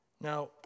Now